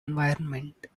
environment